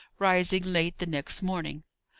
rising late the next morning.